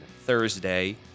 Thursday